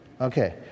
Okay